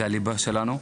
זה הליבה שלנו.